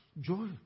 joy